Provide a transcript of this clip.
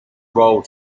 roll